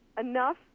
enough